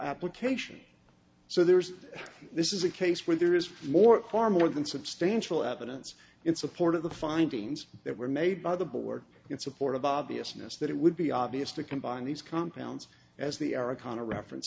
application so there's this is a case where there is more acquire more than substantial evidence in support of the findings that were made by the board in support of obviousness that it would be obvious to combine these compounds as the era qana reference